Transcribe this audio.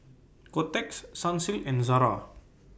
Kotex Sunsilk and Zara